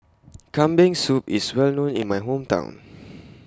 Kambing Soup IS Well known in My Hometown